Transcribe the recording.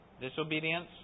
disobedience